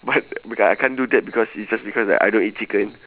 but but I can't do that because is just because that I don't eat chicken